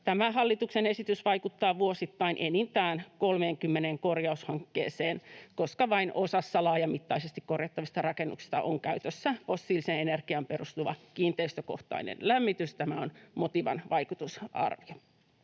hallituksen esitys vaikuttaa vuosittain enintään 30 korjaushankkeeseen, koska vain osassa laajamittaisesti korjattavista rakennuksista on käytössä fossiiliseen energiaan perustuva kiinteistökohtainen lämmitys — tämä on Motivan vaikutusarvio.